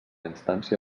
instància